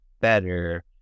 better